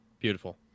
Beautiful